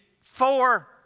four